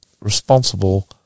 responsible